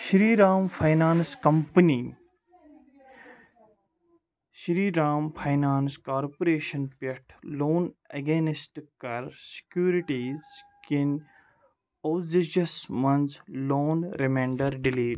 Shri Ram finance company Shri Ram finance corporation پٮ۪ٹھ loan against کَر securities کیٚن اوزیجس منٛز لون ریمانڑر ڈیلیٖٹ